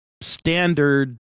standard